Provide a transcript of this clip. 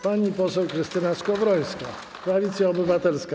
Pani poseł Krystyna Skowrońska, Koalicja Obywatelska.